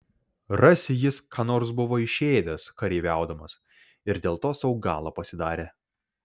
rasi jis ką nors buvo išėdęs kareiviaudamas ir dėl to sau galą pasidarė